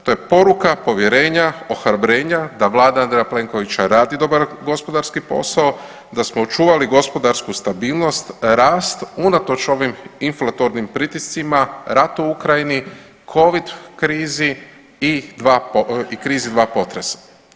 To je poruka povjerenja, ohrabrenja da Vlada Andreja Plenkovića radi dobar gospodarski posao, da smo očuvali gospodarsku stabilnost, rast unatoč ovim inflatornim pritiscima, ratu u Ukrajini, covid krizi i krizi dva potresa.